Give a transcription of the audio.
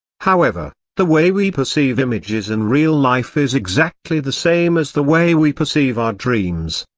however, the way we perceive images in real life is exactly the same as the way we perceive our dreams.